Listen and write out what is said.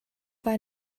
war